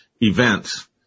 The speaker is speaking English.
events